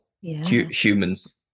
humans